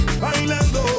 Bailando